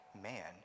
man